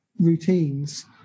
routines